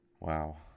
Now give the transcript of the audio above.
wow